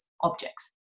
objects